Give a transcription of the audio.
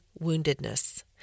woundedness